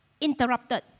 interrupted